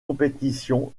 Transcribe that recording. compétitions